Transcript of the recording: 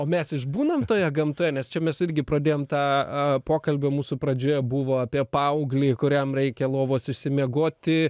o mes išbūnam toje gamtoje nes čia mes irgi pradėjom tą pokalbį mūsų pradžioje buvo apie paauglį kuriam reikia lovos išsimiegoti